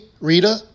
Rita